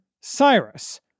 Cyrus